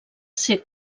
ser